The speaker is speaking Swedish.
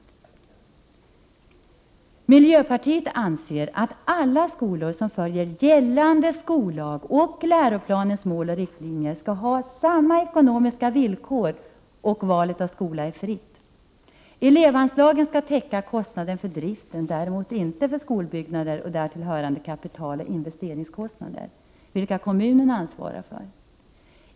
Vi i miljöpartiet anser att alla skolor som följer gällande skollag och läroplanens mål och riktlinjer skall ha samma ekonomiska villkor, och valet av skola skall vara fritt. Elevanslagen skall täcka kostnaderna för drift, däremot inte kostnaderna för skolbyggnader och därtill hörande kapitaloch investeringskostnader, vilka kommunen ansvarar för.